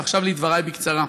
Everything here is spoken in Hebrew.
עכשיו לדברי, בקצרה.